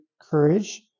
courage